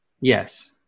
Yes